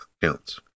counts